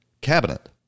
cabinet